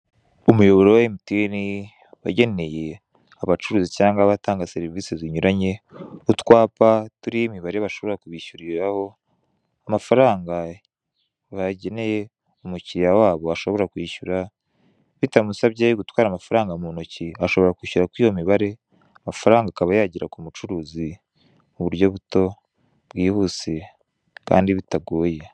Umuyoboro wa emutiyeni wageneye abacuruzi cyangwa abatanga serivise zinyuranye utwapa turiho imibare bashobora kubishyuriraho amafaranga bageneye umukiriya wabo ashobora kwishyura, bitamusabye gutwara amafaranga mu ntoki, ashobora kwishyura kuri iyo mibare amafaranga akaba yagera ku mucuruzi mu buryo buto bwihuse kandi butagoye.